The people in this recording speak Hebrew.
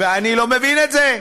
ואני לא מבין את זה.